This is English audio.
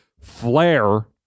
flare